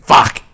Fuck